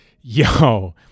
yo